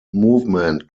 movement